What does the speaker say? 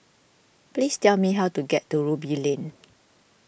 please tell me how to get to Ruby Lane